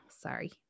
sorry